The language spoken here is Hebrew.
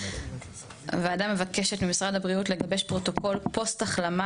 3. הוועדה מבקשת ממשרד הבריאות לגבש פרוטוקול פוסט החלמה,